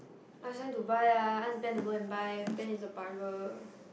ask them to buy ah ask Ben to go and buy Ben is a bugger